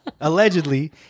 Allegedly